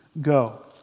go